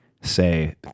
say